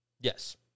Yes